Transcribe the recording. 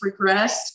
regressed